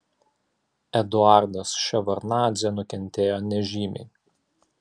eduardas ševardnadzė nukentėjo nežymiai